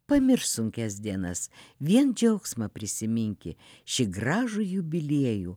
pamiršk sunkias dienas vien džiaugsmą prisiminki šį gražų jubiliejų